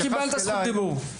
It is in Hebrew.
קיבלת זכות דיבור.